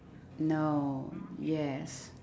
no yes